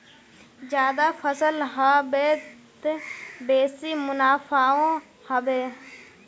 ज्यादा फसल ह बे त बेसी मुनाफाओ ह बे